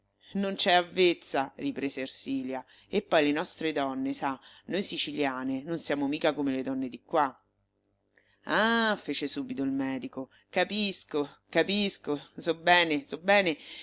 non c'è avvezza riprese ersilia e poi le nostre donne sa noi siciliane non siamo mica come le donne di qua ah fece subito il medico capisco capisco so bene so bene